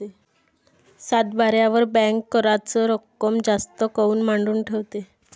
सातबाऱ्यावर बँक कराच रक्कम जास्त काऊन मांडून ठेवते?